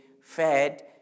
fed